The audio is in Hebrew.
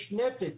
יש נתק